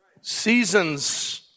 Seasons